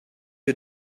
you